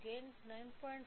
gain 9